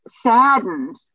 saddened